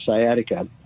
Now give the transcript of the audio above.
sciatica